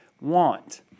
want